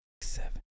seven